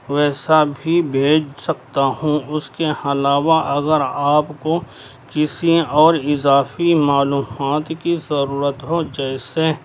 ویسا بھی بھیج سکتا ہوں اس کے علاوہ اگر آپ کو کسی اور اضافی معلومات کی ضرورت ہو جیسے